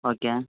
okay